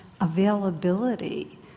availability